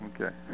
Okay